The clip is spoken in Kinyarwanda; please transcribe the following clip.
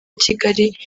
kigali